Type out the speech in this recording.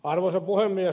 arvoisa puhemies